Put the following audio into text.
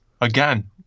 Again